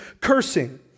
cursing